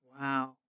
Wow